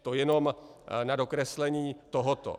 To jenom na dokreslení tohoto.